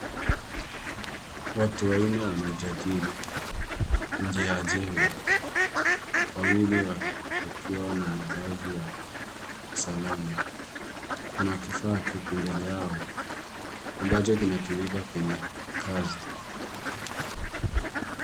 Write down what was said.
Watu wanne wanajadili nje ya jengo. Wawili wakiwa na mavazi ya usalama. Kuna kifaa kiko mbele yao ambacho kinatumika kwenye kazi.